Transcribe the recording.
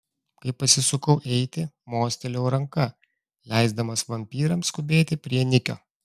kai pasisukau eiti mostelėjau ranka leisdamas vampyrams skubėti prie nikio